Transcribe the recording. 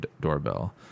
doorbell